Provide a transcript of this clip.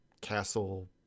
castle